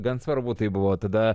gan svarbu tai buvo tada